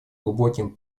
глубоким